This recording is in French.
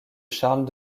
charles